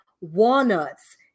walnuts